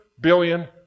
billion